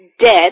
dead